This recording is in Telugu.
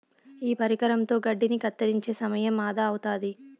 ఈ పరికరంతో గడ్డిని కత్తిరించే సమయం ఆదా అవుతాది